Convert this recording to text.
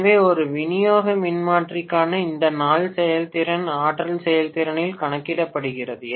எனவே ஒரு விநியோக மின்மாற்றிக்கான இந்த நாள் செயல்திறன் ஆற்றல் செயல்திறனில் கணக்கிடப்படுகிறது